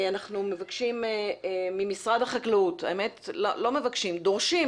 אנחנו מבקשים ממשרד החקלאות לא מבקשים, דורשים